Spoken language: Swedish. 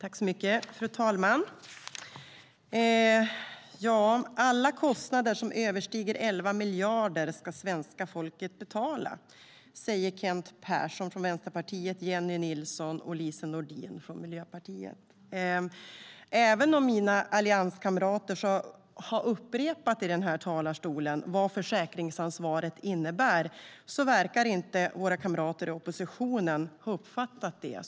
Fru talman! Alla kostnader som överstiger 11 miljarder ska svenska folket betala, säger Kent Persson från Vänsterpartiet, Jennie Nilsson från Socialdemokraterna och Lise Nordin från Miljöpartiet. Även om mina allianskamrater har upprepat i den här talarstolen vad försäkringsansvaret innebär verkar inte våra kamrater i oppositionen ha uppfattat det.